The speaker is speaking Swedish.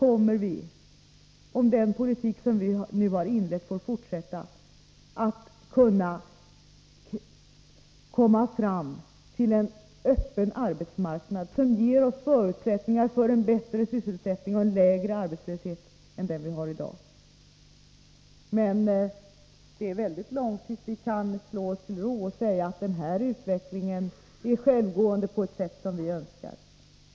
Om den politik vi nu har inlett får fortsätta, kommer vi långsamt att närma oss en öppen arbetsmarknad, som ger oss förutsättningar för en bättre sysselsättning och en lägre arbetslöshet än den vi hari dag. Men det är långt kvar innan vi kan slå oss till ro och säga att vi har en utveckling som är självgående på ett sätt som vi önskar.